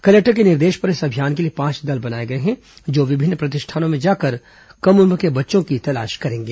collector के निर्देश पर इस अभियान के लिए पांच दल बनाए गए हैं जो विभिन्न प्र तिष्ठानों में जाकर कम उम्र के बच्चों की तलाश करेंगे